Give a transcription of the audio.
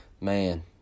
man